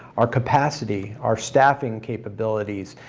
our capacity, our staffing capabilities,